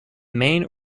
main